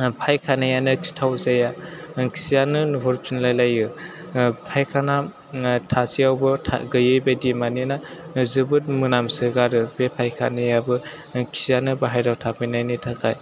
फायखानायानाे खिथावजाया खियानो नुहुरफिनलाय लायाे फायखाना थासेयावबो था गैयि बादि मानाेना जोबोर मोनामसो गारो बे फाखानायाबो खियानो बायहेरायाव थाफैनायनि थाखाय